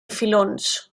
filons